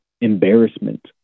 embarrassment